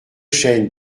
chêne